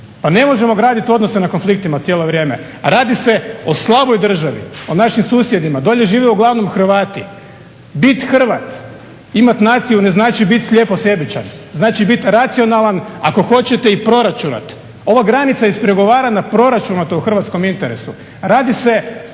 Pa ne možemo graditi odnose na konfliktima cijelo vrijeme. Radi se o slaboj državi, o našim susjedima. Dolje žive uglavnom Hrvati. Bit Hrvat, imat naciju ne znači biti slijepo sebičan, znači bit racionalan ako hoćete i proračunat. Ova granica je ispregovarana proračunato u hrvatskom interesu. Radi se